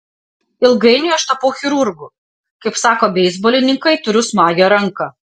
ilgainiui aš tapau chirurgu kaip sako beisbolininkai turiu smagią ranką